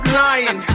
lying